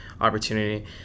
opportunity